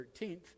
13th